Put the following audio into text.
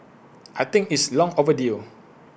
I think it's long overdue